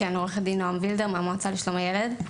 עו"ד נעם וילדר מהמועצה לשלום הילד.